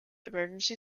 emergency